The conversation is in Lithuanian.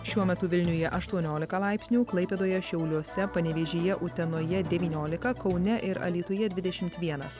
šiuo metu vilniuje aštuoniolika laipsnių klaipėdoje šiauliuose panevėžyje utenoje devyniolika kaune ir alytuje dvidešimt vienas